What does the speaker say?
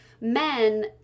men